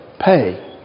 pay